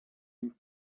ning